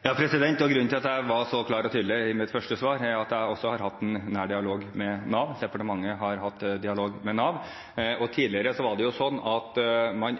Grunnen til at jeg var så klar og tydelig i mitt første svar, er at jeg også har hatt en nær dialog med Nav, departementet har hatt dialog med Nav. Tidligere var det sånn at man